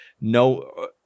no